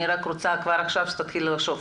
אני רוצה כבר עכשיו שתתחילו לחשוב,